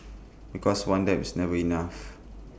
because one dab is never enough